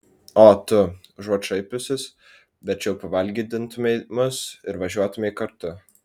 o tu užuot šaipiusis verčiau pavalgydintumei mus ir važiuotumei kartu